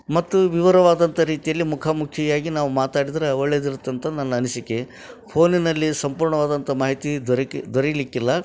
ಮತ್ತು ವಿವರವಾದಂಥ ರೀತಿಯಲ್ಲಿ ಮುಖಾಮುಖಿಯಾಗಿ ನಾವು ಮಾತಾಡಿದ್ರೆ ಒಳ್ಳೇದು ಇರ್ತೆ ಅಂತ ನನ್ನ ಅನಿಸಿಕೆ ಫೋನಿನಲ್ಲಿ ಸಂಪೂರ್ಣವಾದಂಥ ಮಾಹಿತಿ ದೊರಕಿ ದೊರಿಲಿಕ್ಕಿಲ್ಲ